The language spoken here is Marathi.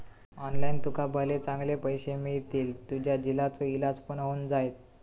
ऑनलाइन तुका भले चांगले पैशे मिळतील, तुझ्या झिलाचो इलाज पण होऊन जायत